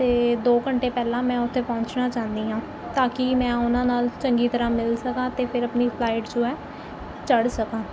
ਅਤੇ ਦੋ ਘੰਟੇ ਪਹਿਲਾਂ ਮੈਂ ਉੱਥੇ ਪਹੁੰਚਣਾ ਚਾਹੁੰਦੀ ਹਾਂ ਤਾਂ ਕਿ ਮੈਂ ਉਹਨਾਂ ਨਾਲ ਚੰਗੀ ਤਰ੍ਹਾਂ ਮਿਲ ਸਕਾਂ ਅਤੇ ਫਿਰ ਆਪਣੀ ਫਲਾਈਟ ਜੋ ਹੈ ਚੜ੍ਹ ਸਕਾਂ